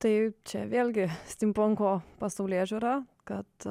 tai čia vėlgi stimpanko pasaulėžiūra kad